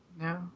No